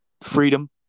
freedom